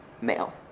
male